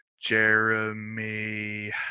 Jeremy